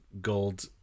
gold